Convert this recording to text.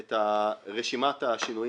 את רשימת השינויים.